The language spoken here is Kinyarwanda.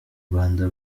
rwanda